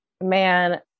man